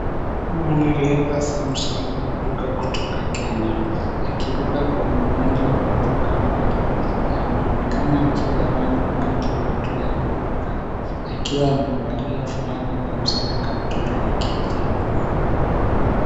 Mwanariadha Samson wajuka kutoka Kenya akiruka kwenye uwanja wa kuruka mbali. Anaonekana akiwa hewani wakati wa hatua ya kuruka akiwa amevalia fulana nyeusi na kaptura ya kijivu.